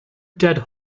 dead